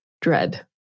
dread